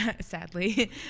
sadly